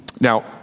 now